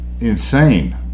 insane